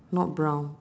not brown